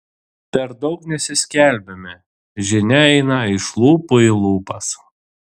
per daug nesiskelbiame žinia eina iš lūpų į lūpas